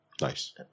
Nice